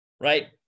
right